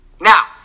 Now